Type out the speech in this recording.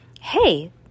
hey